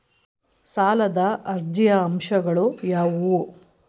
ಸಾಲದ ಅರ್ಜಿಯ ಅಂಶಗಳು ಯಾವುವು?